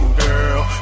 girl